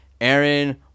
Aaron